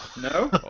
no